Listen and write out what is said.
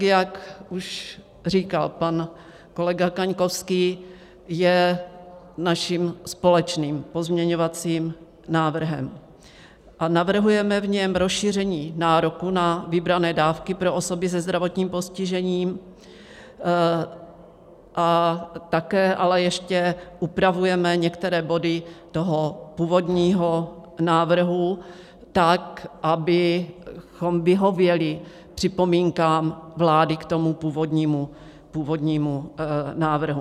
Jak už říkal pan kolega Kaňkovský, je naším společným pozměňovacím návrhem a navrhujeme v něm rozšíření nároku na vybrané dávky pro osoby se zdravotním postižením a také ale ještě upravujeme některé body toho původního návrhu tak, abychom vyhověli připomínkám vlády k původnímu návrhu.